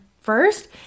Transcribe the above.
first